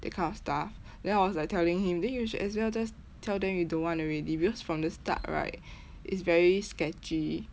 that kind of stuff then I was like telling him then you should as well tell them you don't want already because from the start right it's very sketchy